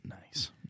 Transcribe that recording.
Nice